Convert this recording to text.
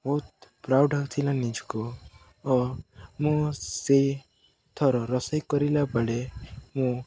ବହୁତ ପ୍ରାଉଡ଼୍ ହଉଥିଲା ନିଜକୁ ଓ ମୁଁ ସେଇ ଥର ରୋଷେଇ କରିଲାବେଳେ ମୁଁ